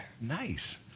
Nice